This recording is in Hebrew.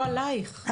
לא עלייך.